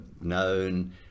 known